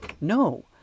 No